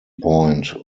point